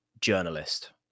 journalist